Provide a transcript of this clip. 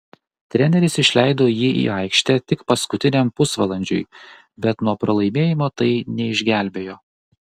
treneris išleido jį į aikštę tik paskutiniam pusvalandžiui bet nuo pralaimėjimo tai neišgelbėjo